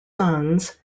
sons